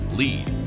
lead